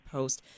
Post